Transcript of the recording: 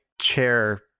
chair